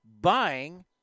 buying